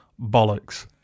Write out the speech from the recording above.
bollocks